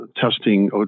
testing